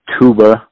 tuba